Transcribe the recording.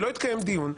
לא התקיים דיון.